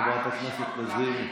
חברת הכנסת לזימי,